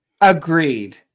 Agreed